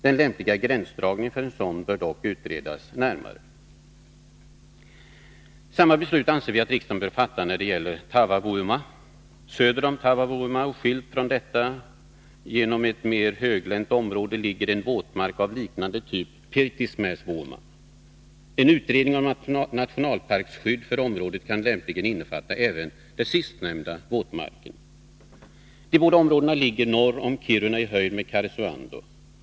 Den lämpliga gränsdragningen för en sådan bör dock utredas närmare. Samma beslut anser vi att riksdagen bör fatta när det gäller Taavavuoma. Söder om Taavavuoma och skild från detta genom ett mer höglänt område ligger en våtmark av liknande typ, Pirttimysvuoma. En utredning om nationalparksskydd för området kan lämpligen innefatta även den sistnämnda våtmarken. De båda områdena ligger norr om Kiruna i höjd med Karesuando.